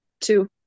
two